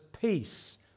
peace